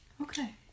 okay